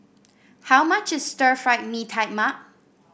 how much is Stir Fried Mee Tai Mak